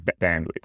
bandwidth